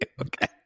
okay